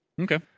Okay